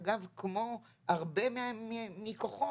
אגב כמו הרבה מהכוחות,